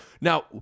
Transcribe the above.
now